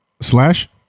Slash